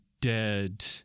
dead